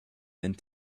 and